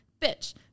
bitch